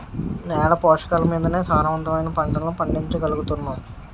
నేల పోషకాలమీదనే సారవంతమైన పంటలను పండించగలుగుతున్నాం